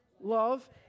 Love